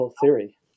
Theory